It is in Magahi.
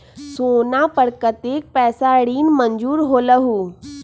सोना पर कतेक पैसा ऋण मंजूर होलहु?